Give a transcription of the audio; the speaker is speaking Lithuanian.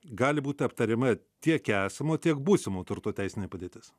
gali būt aptariama tiek esamo tiek būsimo turto teisinė padėtis